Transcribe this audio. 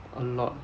a lot